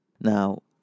Now